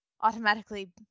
automatically